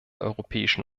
europäischen